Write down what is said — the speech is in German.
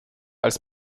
als